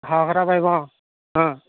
সাহস এটা বাঢ়িব অ অ